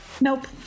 Nope